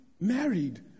married